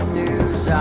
news